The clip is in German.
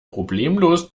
problemlos